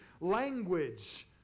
language